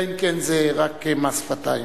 אלא אם כן זה רק מס שפתיים.